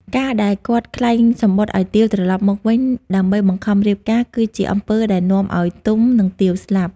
ការដែលគាត់ក្លែងសំបុត្រឲ្យទាវត្រឡប់មកវិញដើម្បីបង្ខំរៀបការ គឺជាអំពើដែលនាំឲ្យទុំ និងទាវស្លាប់។